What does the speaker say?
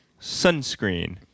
sunscreen